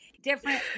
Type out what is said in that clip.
Different